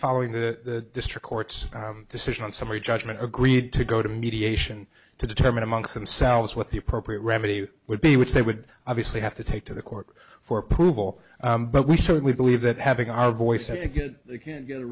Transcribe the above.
following the district court's decision on summary judgment agreed to go to mediation to determine amongst themselves what the appropriate remedy would be which they would obviously have to take to the court for approval but we certainly believe that having our voice a good they can get a